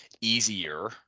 easier